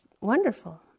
wonderful